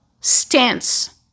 stance